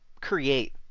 create